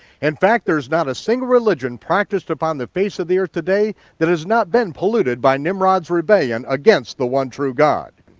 in fact, there's not a single religion practiced upon the face of the earth today that has not been polluted by nimrod's rebellion against the one true god.